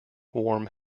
warm